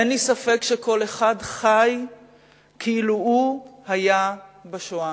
אין לי ספק שכל אחד חי כאילו הוא היה בשואה,